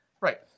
right